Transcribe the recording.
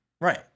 Right